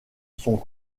sont